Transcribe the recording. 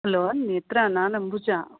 hello Netra ನಾನು ಅಂಬುಜಾ